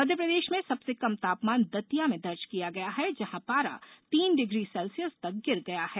मप्र में सबसे कम तापमान दतिया में दर्ज किया गया है जहां पारा तीन डिग्री सेल्सियस तक गिर गया है